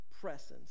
presence